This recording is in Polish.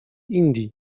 indii